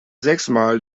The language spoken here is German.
sechsmal